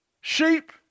sheep